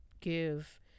give